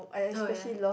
oh ya